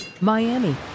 Miami